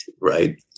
right